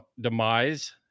demise